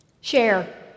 Share